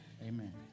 Amen